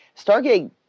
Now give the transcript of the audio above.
Stargate